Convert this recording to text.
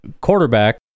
quarterback